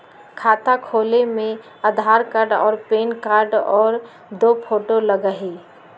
खाता खोले में आधार कार्ड और पेन कार्ड और दो फोटो लगहई?